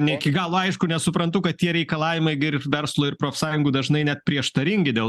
ne iki galo aišku nes suprantu kad tie reikalavimai gi verslo ir profsąjungų dažnai net prieštaringi dėl